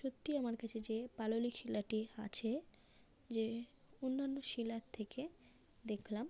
সত্যিই আমার কাছে যে পাললিক শিলাটি আছে যে অন্যান্য শিলার থেকে দেখলাম